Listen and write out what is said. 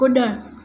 कुड॒णु